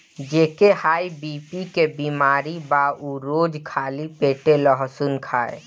जेके high BP के बेमारी बा उ रोज खाली पेटे लहसुन खाए